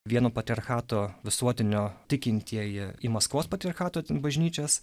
vieno patriarchato visuotinio tikintieji į maskvos patriarchato ten bažnyčias